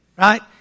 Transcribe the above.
Right